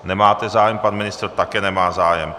Nemáte zájem, pan ministr také nemá zájem.